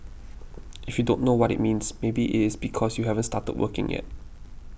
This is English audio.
if you don't know what it means maybe it's because you haven't started working yet